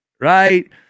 Right